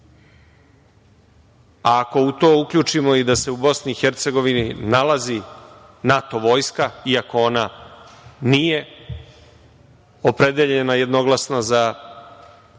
a ako u to uključimo i da se u BiH nalazi NATO vojska, iako ona nije opredeljena jednoglasno za